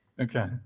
Okay